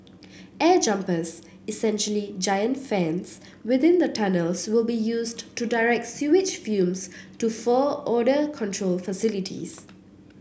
air jumpers essentially giant fans within the tunnels will be used to direct sewage fumes to four odour control facilities